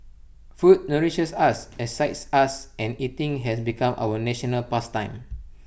food nourishes us excites us and eating has become our national past time